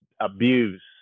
abuse